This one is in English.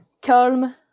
calm